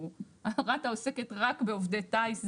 רת"א עוסקת רק בעובדי טיס,